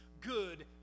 good